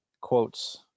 quotes